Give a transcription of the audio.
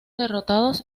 derrotados